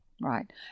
right